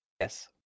Yes